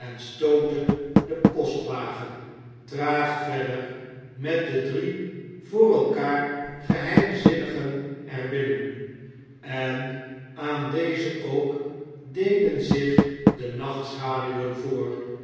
stootte de postwagen traag verder met de drie voor elkaar geheimzinnigen er binnenin en aan dezen ook deden zich de nachtschaduwen voor